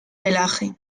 pelaje